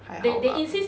还好啦